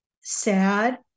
sad